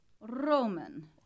Roman